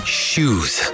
shoes